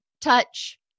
touch